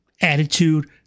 attitude